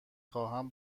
خواهم